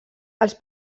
els